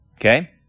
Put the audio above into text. Okay